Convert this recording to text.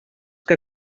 que